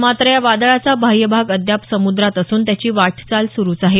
मात्र या वादळाचा बाह्य भाग अद्याप समुद्रात असून त्याची वाटचाल सुरुच आहे